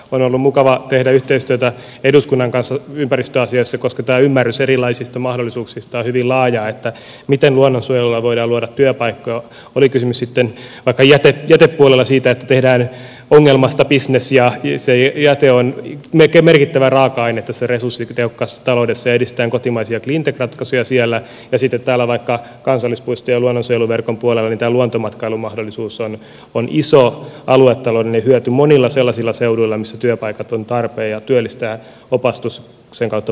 on ollut mukava tehdä yhteistyötä eduskunnan kanssa ympäristöasioissa koska on hyvin laaja tämä ymmärrys erilaisista mahdollisuuksista miten luonnonsuojelulla voidaan luoda työpaikkoja oli kysymys sitten vaikka jätepuolella siitä että tehdään ongelmasta bisnes ja se jäte on merkittävä raaka aine tässä resurssitehokkaassa taloudessa ja edistetään kotimaisia cleantech ratkaisuja siellä ja sitten vaikka kansallispuistojen ja luonnonsuojeluverkon puolella tämä luontomatkailumahdollisuus on iso aluetaloudellinen hyöty monilla sellaisilla seuduilla missä työpaikat ovat tarpeen ja työllistää opastuksen kautta paljon ihmisiä